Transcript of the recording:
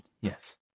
yes